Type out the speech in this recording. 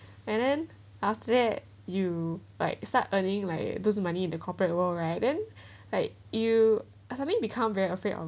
and then after that you like start earning like those money in the corporate world right then like you have suddenly very afraid of